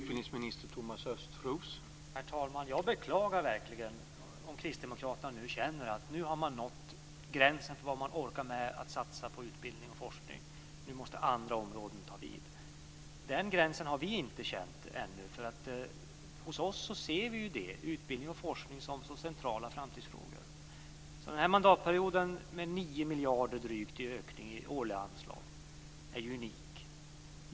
Herr talman! Jag beklagar verkligen om Kristdemokraterna känner att man nu har nått gränsen för vad man orkar med att satsa på utbildning och forskning, nu måste andra områden ta vid. Den gränsen har vi inte känt ännu. Hos oss ser vi utbildning och forskning som centrala framtidsfrågor som under den här mandatperioden får en ökning på drygt 9 miljarder i årliga anslag. Det är unikt.